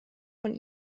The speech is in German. von